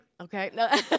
Okay